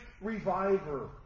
reviver